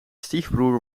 stiefbroer